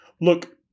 Look